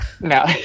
No